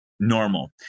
Normal